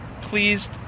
pleased